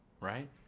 right